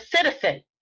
citizen